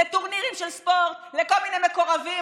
לטורנירים של ספורט וכל מיני מקורבים,